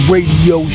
Radio